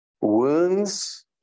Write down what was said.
wounds